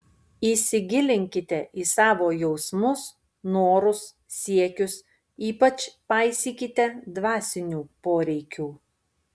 įsigilinkite į savo jausmus norus siekius ypač paisykite dvasinių poreikių